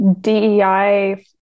DEI